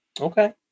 Okay